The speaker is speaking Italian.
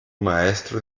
maestro